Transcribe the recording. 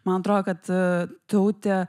man atrodo kad tautė